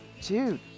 dude